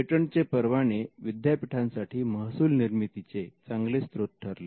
पेटंटचे परवाने विद्यापीठांसाठी महसूल निर्मितीचे चांगले स्त्रोत ठरले